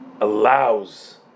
allows